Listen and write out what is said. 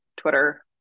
Twitter